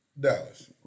Dallas